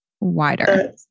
wider